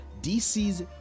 DC's